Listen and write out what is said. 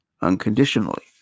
unconditionally